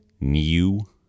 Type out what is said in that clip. New